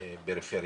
ולפריפריה.